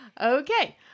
Okay